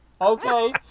Okay